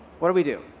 what do we do?